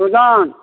सुजान